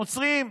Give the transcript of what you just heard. נוצרים,